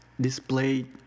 displayed